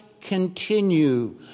continue